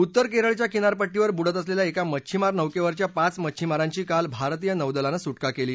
उत्तर केरळच्या किनारपट्टीजवळ बुडत असलेल्या एका मच्छिमार नौकेवरच्या पाच मच्छिमारांची काल भारतीय नौदलानं सुका केली